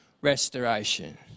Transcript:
restoration